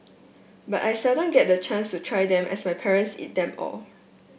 but I seldom get the chance to try them as my parents eat them all